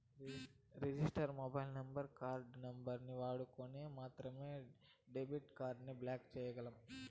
register mobile number, card నంబరుని వాడుకొని మాత్రమే డెబిట్ కార్డుని బ్లాక్ చేయ్యగలం